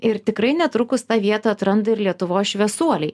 ir tikrai netrukus tą vietą atranda ir lietuvos šviesuoliai